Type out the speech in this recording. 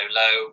low